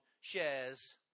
shares